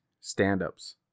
stand-ups